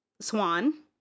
swan